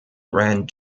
grand